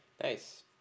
Nice